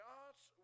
God's